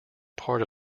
part